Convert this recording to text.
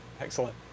Excellent